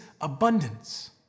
abundance